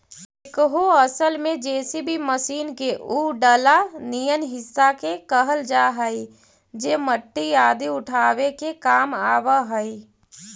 backhoe असल में JCB machine के उ डला निअन हिस्सा के कहल जा हई जे मट्टी आदि उठावे के काम आवऽ हई